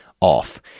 off